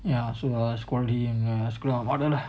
ya so err scolding screw them all that lah